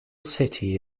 city